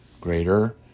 Greater